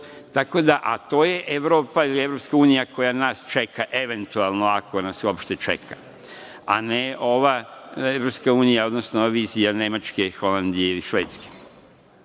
Tako da, a to je Evropa ili EU koja nas čeka eventualno ako nas uopšte čeka, a ne ova EU, odnosno vizija Nemačke, Holandije ili Švedske. Tu